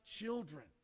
children